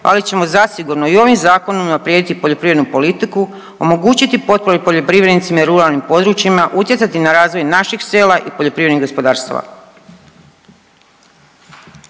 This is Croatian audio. ali ćemo zasigurno i ovim Zakonom unaprijediti poljoprivrednu politiku, omogućiti potporu poljoprivrednicima i ruralnim područjima, utjecati na razvoj naših sela i poljoprivrednim gospodarstvima.